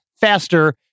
faster